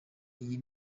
iyi